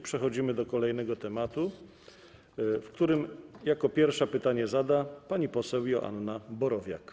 Przechodzimy do kolejnego tematu, w którym jako pierwsza pytanie zada pani poseł Joanna Borowiak.